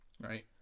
Right